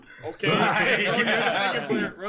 Okay